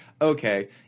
okay